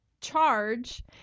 charge